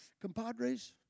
compadres